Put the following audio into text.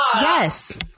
Yes